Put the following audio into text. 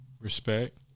Respect